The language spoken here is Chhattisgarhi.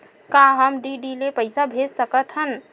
का हम डी.डी ले पईसा भेज सकत हन?